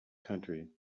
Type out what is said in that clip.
country